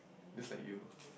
just like you